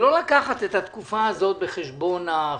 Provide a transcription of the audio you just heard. שלא לקחת את התקופה הזאת בחשבון החודשים.